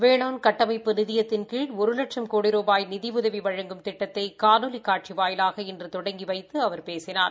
வேளாண் கட்டமைப்பு நிதியத்தின் கீழ் ஒரு வட்சம் கோடி ரூபாய் நிதி உதவி வழங்கும் திட்டத்தை காணொலி காட்சி வாயிலாக இன்று தொடங்கி வைத்து அவர் பேசினார்